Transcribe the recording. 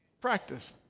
Practice